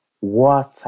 Water